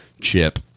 chip